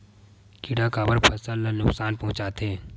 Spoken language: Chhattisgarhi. किड़ा काबर फसल ल नुकसान पहुचाथे?